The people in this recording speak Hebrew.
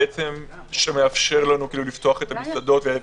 שמאפשר לנו לפתוח את המסעדות.